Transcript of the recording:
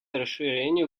расширению